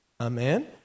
Amen